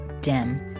dim